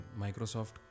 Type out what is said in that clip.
Microsoft